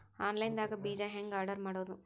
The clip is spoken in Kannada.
ಆನ್ಲೈನ್ ದಾಗ ಬೇಜಾ ಹೆಂಗ್ ಆರ್ಡರ್ ಮಾಡೋದು?